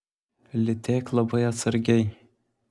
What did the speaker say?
lytėk labai atsargiai